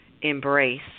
embrace